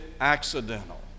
accidental